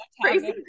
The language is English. crazy